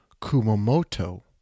Kumamoto